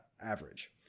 average